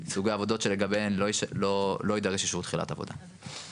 סוגי עבודות שבהן לא יידרש אישור תחילת עבודה.